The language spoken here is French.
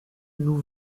nous